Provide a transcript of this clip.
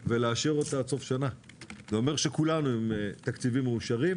ולאשר אותה עד סוף שנה; זה אומר שכולנו עם תקציבים מאושרים,